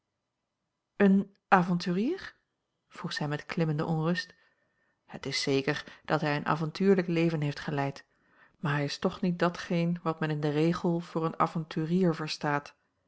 een avonturier vroeg zij met klimmende onrust a l g bosboom-toussaint langs een omweg het is zeker dat hij een avontuurlijk leven heeft geleid maar hij is toch niet datgeen wat men in den regel door een avonturier verstaat